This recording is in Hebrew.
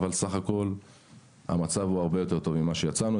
אבל בסך הכול המצב הוא הרבה יותר טוב ממה שיצאנו,